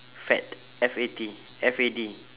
fad F A T F A D